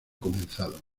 comenzado